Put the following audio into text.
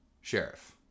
sheriff